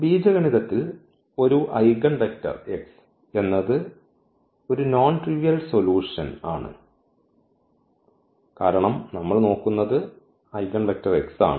ബീജഗണിതത്തിൽ ഒരു eigenvector x എന്നത് ഒരു നോൺ ട്രിവിയൽ സൊല്യൂഷൻ ആണ് കാരണം നമ്മൾ നോക്കുന്നത് ഐഗൻവെക്റ്റർ x ആണ്